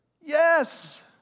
Yes